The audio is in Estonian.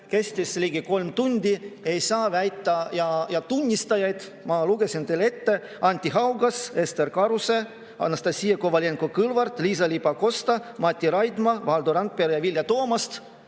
kestis ligi kolm tundi. Ei saa nii väita. Tunnistajad ma lugesin teile ette. Anti Haugas, Ester Karuse, Anastassia Kovalenko‑Kõlvart, Liisa-Ly Pakosta, Mati Raidma, Valdo Randpere ja Vilja Toomast